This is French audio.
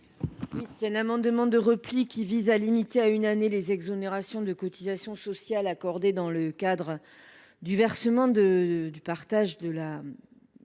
Cet amendement de repli vise à limiter à une année les exonérations de cotisations sociales accordées dans le cadre du versement de la prime de